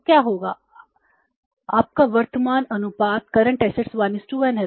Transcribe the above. तो क्या होगा आपका वर्तमान अनुपात 1 1 है